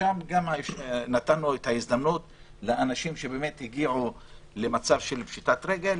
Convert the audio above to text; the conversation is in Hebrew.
שם גם נתנו את ההזדמנות לאנשים שבאמת הגיעו למצב של פשיטת רגל,